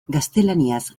gaztelaniaz